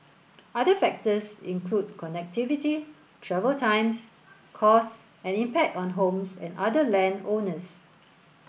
other factors include connectivity travel times costs and impact on homes and other land owners